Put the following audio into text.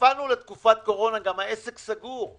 נפלנו על תקופת קורונה גם העסק סגור.